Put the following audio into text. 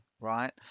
right